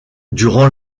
durant